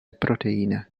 proteine